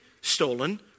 stolen